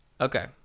Okay